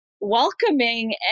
welcoming